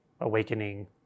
awakening